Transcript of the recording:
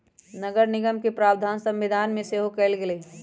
नगरनिगम के प्रावधान संविधान में सेहो कयल गेल हई